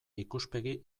ikuspegi